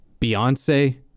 Beyonce